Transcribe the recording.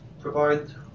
provide